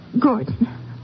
Gordon